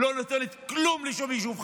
היא לא נותנת כלום לשום יישוב חלש.